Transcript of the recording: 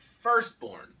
firstborn